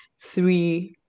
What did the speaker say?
three